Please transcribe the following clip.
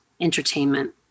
Entertainment